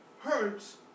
hurts